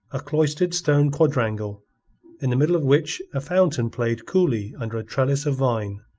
a cloistered stone quadrangle in the middle of which a fountain played coolly under a trellis of vine.